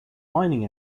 mining